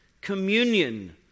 communion